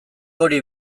hori